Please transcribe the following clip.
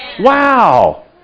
Wow